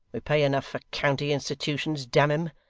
we pay enough for county institutions, damn em.